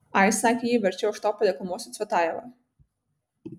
ai sakė ji verčiau aš tau padeklamuosiu cvetajevą